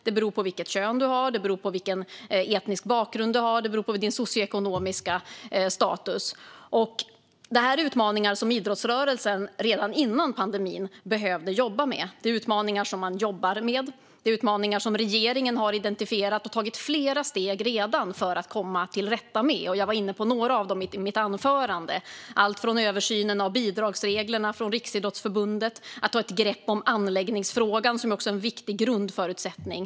Det beror på vilket kön du har, vilken etnisk bakgrund du har och din socioekonomiska status. Detta är utmaningar som idrottsrörelsen redan innan pandemin behövde jobba med. Det är utmaningar som man jobbar med och som regeringen har identifierat och redan tagit flera steg för att komma till rätta med. Jag var inne på några av dem i mitt svar. Det handlar om allt från översynen av bidragsreglerna för Riksidrottsförbundet till att ta ett grepp om anläggningsfrågan, som också är en viktig grundförutsättning.